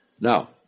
Now